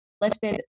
lifted